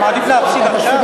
אתה מעדיף להפסיד עכשיו?